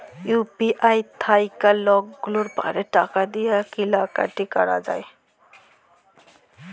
UPI থ্যাইকে লকগুলাল পারে টাকা দিঁয়ে কিলা কাটি ক্যরা যায়